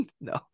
no